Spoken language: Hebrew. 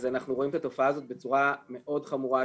אנחנו רואים את התופעה הזאת בצורה מאוד חמורה,